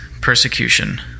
persecution